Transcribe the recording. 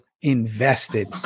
invested